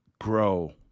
grow